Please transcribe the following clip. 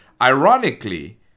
ironically